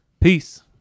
peace